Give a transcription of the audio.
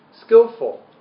Skillful